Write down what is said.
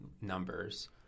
numbers